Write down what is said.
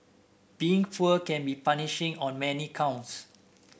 being poor can be punishing on many counts